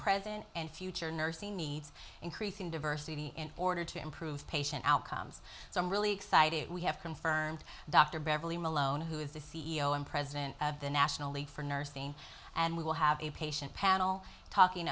present and future nursing needs increasing diversity in order to improve patient outcomes so i'm really excited we have confirmed dr beverly malone who is the c e o and president of the national league for nursing and we will have a patient panel talking